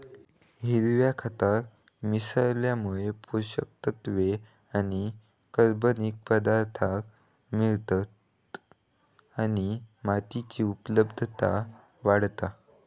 हिरव्या खताक मिसळल्यामुळे पोषक तत्त्व आणि कर्बनिक पदार्थांक मिळतत आणि मातीची उत्पादनता वाढता